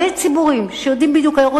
יש הרבה אנשים שיודעים בדיוק.